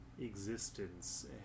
existence